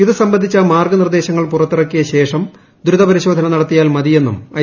ഇത് സംബന്ധിച്ച മാർഗ്ഗനിർദ്ദേശങ്ങൾ പുറത്തിറക്കിയ ശേഷം ദ്രുത പരിശോധന നടത്തിയാൽ മതിയെന്നും ഐ